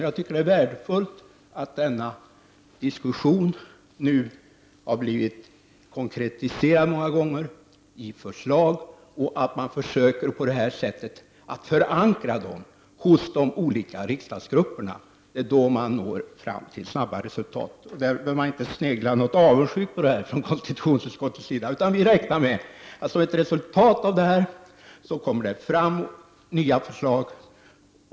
Jag tycker att det är värdefullt att denna diskussion ofta har blivit konkretiserad i förslag och att man försöker att på detta sätt förankra det hela hos de olika riksdagsgrupperna. Det är på så sätt man når fram till snabba resultat. Från konstitutionsutskottets sida behöver man inte snegla avundsjukt på det där. Vi räknar med att resultatet blir nya förslag.